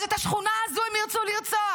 אז את השכונה הזאת הם ירצו לרצוח.